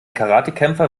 karatekämpfer